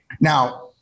Now